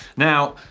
now,